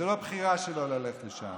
זאת לא בחירה שלו ללכת לשם,